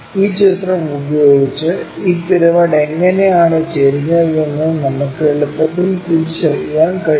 ഈ ചിത്രം ഉപയോഗിച്ച് ഈ പിരമിഡ് എങ്ങനെയാണ് ചെരിഞ്ഞതെന്ന് നമുക്ക് എളുപ്പത്തിൽ തിരിച്ചറിയാൻ കഴിയും